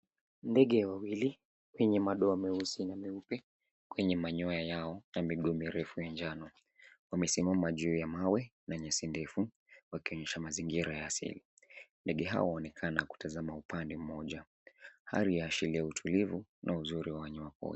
Ndege wawili wenye madoa meusi na meupe kwenye manyoya yao na miguu mirefu ya njano, wamesimama juu ya mawe na nyasi ndefu wakionyesha mazingira ya asili, ndege hawa waonekana kutazama upande mmoja, hali yaashiria utulivu na uzuri wa wanyama pori.